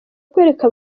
kwereka